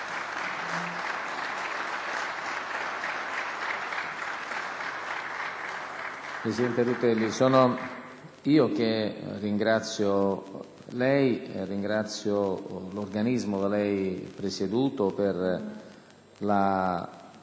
Presidente Rutelli, sono io che ringrazio lei e l'organismo da lei presieduto per la